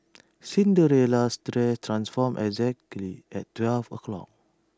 Cinderella's dress transformed exactly at twelve o' clock